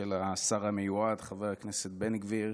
של השר המיועד, חבר הכנסת בן גביר.